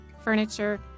furniture